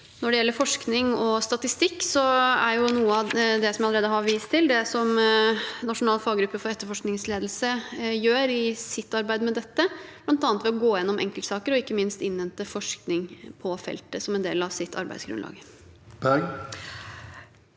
Når det gjelder forskning og statistikk, er det noe av det jeg allerede har vist til, det som Nasjonal faggruppe for etterforskningsledelse gjør i sitt arbeid med dette, bl.a. ved å gå gjennom enkeltsaker og ikke minst innhente forskning på feltet som en del av sitt arbeidsgrunnlag. Lan